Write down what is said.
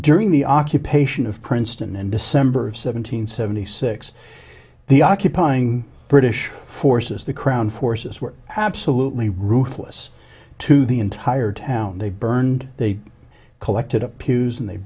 during the occupation of princeton in december seventeenth seventy six the occupying british forces the crown forces were absolutely ruthless to the entire town they burned they collected up pews and they